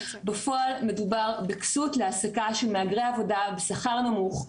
בפועל מדובר בכסות להעסקה של מהגרי עבודה בשכר נמוך,